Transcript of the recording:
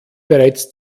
bereits